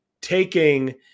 taking